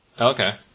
Okay